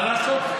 מה לעשות?